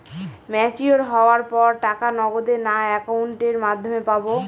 Mature হওয়ার পর টাকা নগদে না অ্যাকাউন্টের মাধ্যমে পাবো?